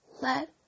let